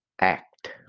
act